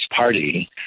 party